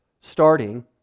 starting